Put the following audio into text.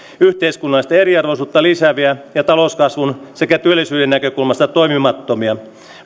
yhteiskunnallista eriarvoisuutta lisääviä ja talouskasvun sekä työllisyyden näkökulmasta toimimattomia